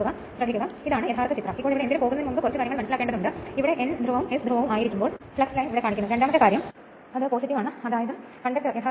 അതിനാൽ ഇത് യഥാർത്ഥത്തിൽ സ്റ്റീൽ ഭാഗമാണ് അതിനുള്ളിൽ ലാമിനേറ്റ് ചെയ്തതാണ് ഇവയ്ക്കുള്ളിൽ പോകുമ്പോൾ 3 ഫേസ് വിൻഡിംഗുകൾ ഉള്ള സ്ലോട്ടുകൾ സ്ഥാനങ്ങൾ